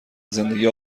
زندگی